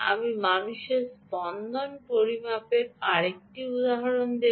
আমি মানুষের স্পন্দন পরিমাপের আরেকটি উদাহরণ নেব